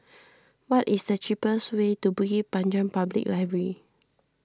what is the cheapest way to Bukit Panjang Public Library